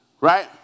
right